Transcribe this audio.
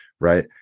right